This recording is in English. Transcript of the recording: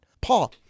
Paul